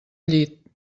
llit